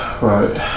Right